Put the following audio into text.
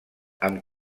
amb